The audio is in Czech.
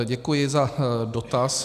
Děkuji za dotaz.